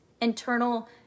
internal